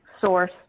Source